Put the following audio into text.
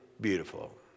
beautiful